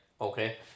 Okay